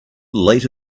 late